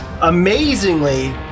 amazingly